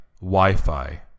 Wi-Fi